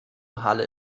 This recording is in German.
halle